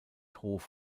hof